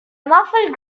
muffled